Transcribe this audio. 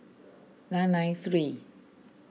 nine nine three